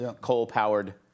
coal-powered